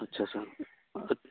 ਅੱਛਾ ਸਰ ਅੱ